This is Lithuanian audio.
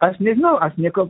aš nežinau aš nieko